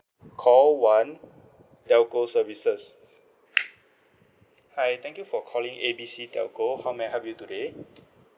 call one telco services hi thank you for calling A B C telco how may I help you today